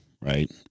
right